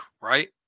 Right